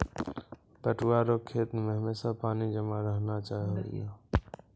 पटुआ रो खेत मे हमेशा पानी जमा रहना चाहिऔ